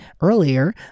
earlier